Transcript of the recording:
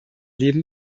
leben